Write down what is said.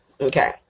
Okay